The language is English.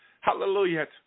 Hallelujah